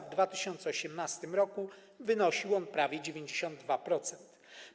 W 2018 r. wynosił on prawie 92%.